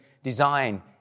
Design